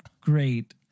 great